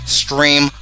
stream